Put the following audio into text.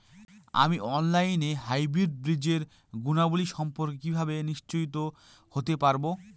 আমি অনলাইনে হাইব্রিড বীজের গুণাবলী সম্পর্কে কিভাবে নিশ্চিত হতে পারব?